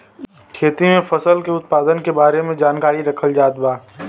खेती में फसल के उत्पादन के बारे में जानकरी रखल जात बा